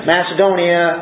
Macedonia